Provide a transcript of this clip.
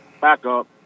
backup